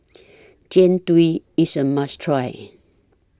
Jian Dui IS A must Try